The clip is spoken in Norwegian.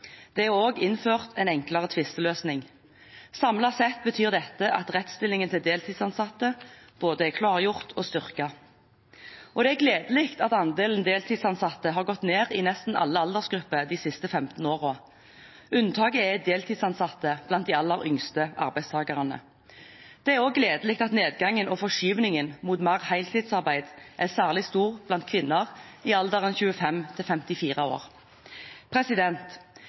Det er også innført en enklere tvisteløsning. Samlet sett betyr dette at rettsstillingen til deltidsansatte både er klargjort og styrket. Det er gledelig at andelen deltidsansatte har gått ned i nesten alle aldersgrupper de siste 15 årene. Unntaket er deltidsansatte blant de aller yngste arbeidstakerne. Det er også gledelig at nedgangen og forskyvningen mot mer heltidsarbeid er særlig stor blant kvinner i alderen